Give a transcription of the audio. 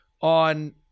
on